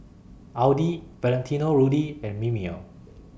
Audi Valentino Rudy and Mimeo